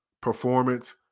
performance